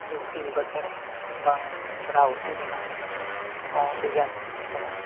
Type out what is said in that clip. ᱵᱤᱱᱛᱤ ᱵᱟᱠᱷᱮᱲ ᱵᱟᱝ ᱪᱷᱟᱰᱟᱣ ᱦᱩᱥᱤᱫ ᱨᱮᱱᱟᱜ ᱦᱚᱸ ᱟᱹᱰᱤᱜᱟᱱ ᱢᱮᱱᱟᱜᱼᱟ